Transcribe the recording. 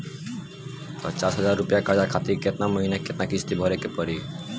पचास हज़ार रुपया कर्जा खातिर केतना महीना केतना किश्ती भरे के पड़ी?